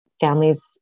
families